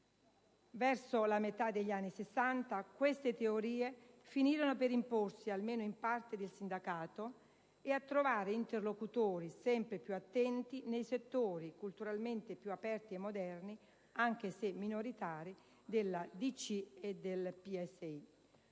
Verso la metà degli anni Sessanta, queste teorie finirono per imporsi almeno in parte del sindacato e a trovare interlocutori sempre più attenti nei settori culturalmente più aperti e moderni, anche se minoritari, della DC e del PSI.